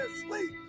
sleep